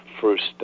first